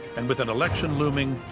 and with an election looming,